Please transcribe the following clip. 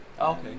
Okay